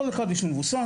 לכל אחד ידע מבוסס,